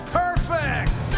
perfect